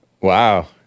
Wow